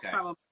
okay